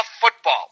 football